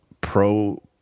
pro